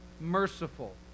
merciful